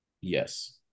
yes